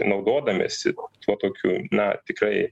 naudodamiesi tuo tokiu na tikrai